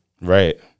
right